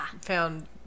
found